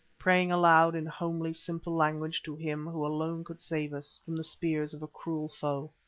praying aloud in homely, simple language to him who alone could save us from the spears of a cruel foe.